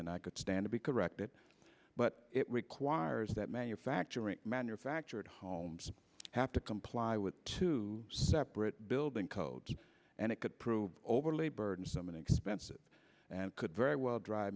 and i could stand to be corrected but it requires that manufacturing manufactured homes have to comply with two separate building codes and it could prove overly burdensome and expensive and could very well dr